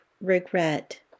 regret